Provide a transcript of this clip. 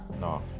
No